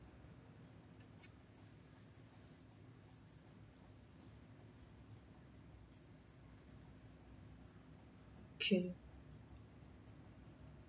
okay